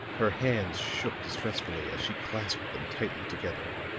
her hands shook distressfully as she clasped them tightly together.